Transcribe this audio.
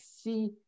see